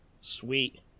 Sweet